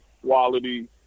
quality